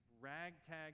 ragtag